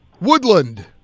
Woodland